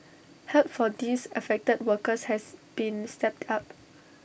help for these affected workers has been stepped up